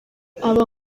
aba